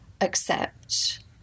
accept